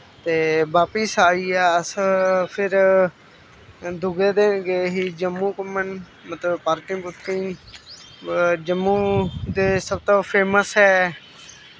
ते बापस आइयै अस फिर दुए दिन गे ही जम्मू घूमन मतलब पार्किंग पुर्किंग जम्मू दे सब तो फेमस ऐ